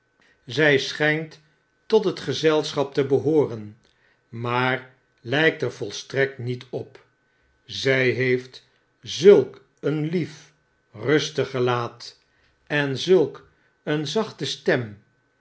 zy schynt tot het gezelschap te bebooren maar lykt er volstrekt niet op zij heeft zulk een lief rustig gelaat en zulk een zachte stem